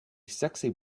sexy